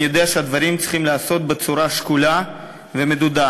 אני יודע שהדברים צריכים להיעשות בצורה שקולה ומדודה,